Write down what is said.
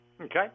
Okay